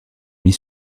mis